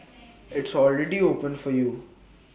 it's already open for you